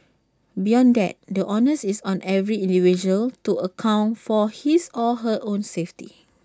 beyond that the onus is on every individual to account for his or her own safety